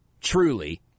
truly